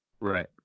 Right